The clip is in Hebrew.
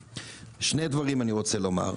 שני דברים אני רוצה לומר.